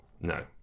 No